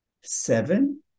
Seven